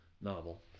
novel